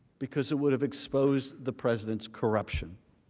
because it would have exposed the presidents corruption.